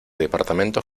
departamento